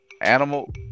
animal